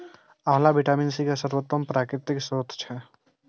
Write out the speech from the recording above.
आंवला vitamin C के सर्वोत्तम प्राकृतिक स्रोत छियै